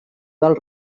del